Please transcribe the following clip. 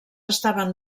estaven